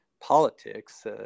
politics